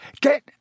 Get